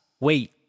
Wait